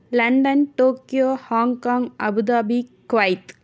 London Tokyo Hong Kong Abu Dhabi Kuwait